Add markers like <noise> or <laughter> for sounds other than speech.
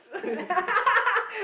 <laughs>